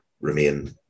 remain